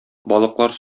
балыклар